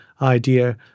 idea